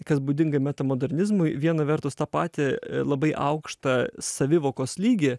kas būdinga metamodernizmui viena vertus tą patį labai aukštą savivokos lygį